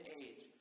age